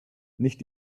nicht